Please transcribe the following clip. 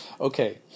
Okay